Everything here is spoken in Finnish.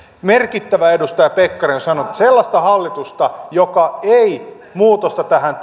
merkittävä edustaja pekkarinen on sanonut että sellaista hallitusta joka ei muutosta tähän